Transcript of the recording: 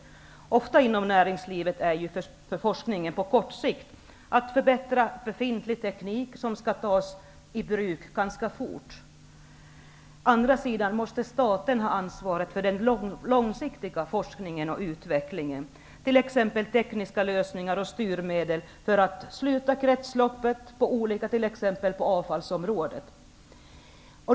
Ofta är forskningen inom näringslivet av kortsiktig karaktär. Det kan gälla att förbättra befintlig teknik som skall tas i bruk ganska snart. Staten måste ha ansvaret för den långsiktiga forskningen och utvecklingen, t.ex. tekniska lösningar och styrmedel för att få fram ett slutet kretslopp på avfallsområdet.